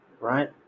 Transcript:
Right